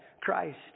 Christ